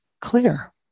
clear